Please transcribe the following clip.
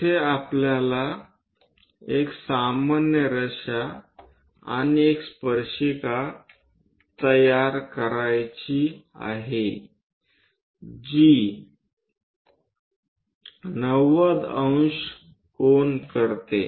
तिथे आपल्याला एक सामान्य रेषा आणि एक स्पर्शिका तयार करायची आहे जी 90 ° करते